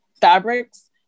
fabrics